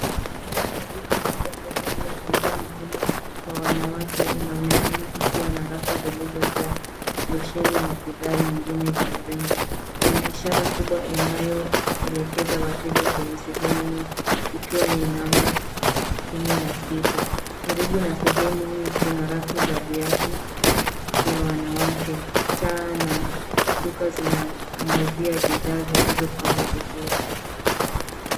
Ndani ya duka kubwa sehemu ya bidhaa muhimu kwa wanawake, inaonekana ikiwa na rafu zilizojaa losheni na bidhaa zingine za urembo. Kuna ishara kubwa inayoelekeza wateja kwenye sehemu hii, ikiwa ni namba kumi na sita. Karibu na sehemu hii kuna rafu za viatu vya wanawake. Taa na duka zinaangazia bidhaa zilizopangwa vizuri.